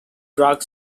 drug